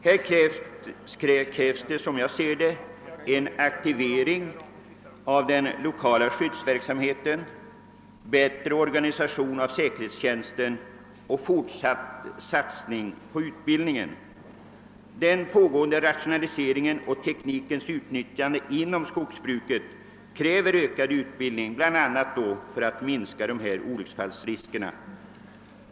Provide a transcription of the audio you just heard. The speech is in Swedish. Här krävs, som jag ser det, en aktivering av den lokala skyddsverksamheten, bättre organisation av säkerhetstjänsten och fortsatt satsning på utbildningen. Den pågående rationaliseringen och teknikens utnyttjande inom skogsbruket kräver ökad utbildning bl.a. för att minska olycksfallsriskerna.